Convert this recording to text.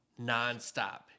nonstop